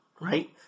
right